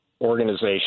Organization